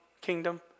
kingdom